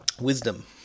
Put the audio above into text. wisdom